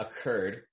occurred